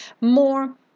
more